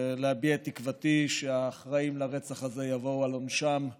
ולהביע את תקוותי שהאחראים על הרצח הזה יבואו על עונשם ובמהרה.